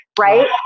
right